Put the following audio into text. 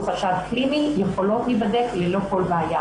חשד קליני יכולות להיבדק ללא כל בעיה,